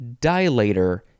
dilator